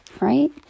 right